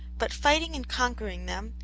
but fighting and conquering them,